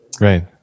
Right